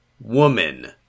Woman